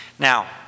Now